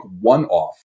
one-off